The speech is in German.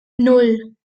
nan